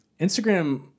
Instagram